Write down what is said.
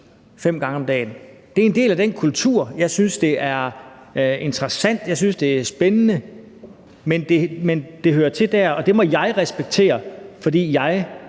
fem gange om dagen. Det er en del af den kultur, og jeg synes, det er interessant, at det er spændende, men det hører til der, og det må jeg respektere, fordi jeg